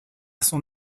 son